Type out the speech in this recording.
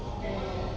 mm